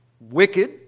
wicked